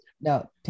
No